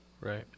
Right